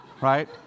Right